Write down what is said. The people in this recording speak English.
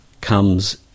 comes